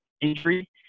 Injury